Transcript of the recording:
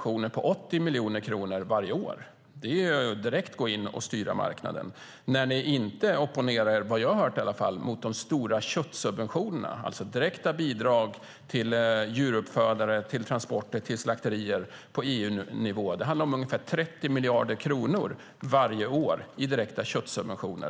Matlandet Sverige på 80 miljoner kronor varje år - det är att direkt gå in och styra marknaden - men inte opponerar er, vad jag har hört i alla fall, mot de stora köttsubventionerna som alltså är direkta bidrag till djupuppfödare, transporter och slakterier på EU-nivå. Det handlar om ungefär 30 miljarder kronor varje år i direkta köttsubventioner.